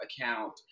account